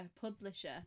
publisher